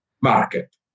market